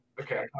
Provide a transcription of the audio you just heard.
Okay